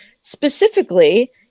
Specifically